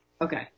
Okay